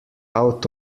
out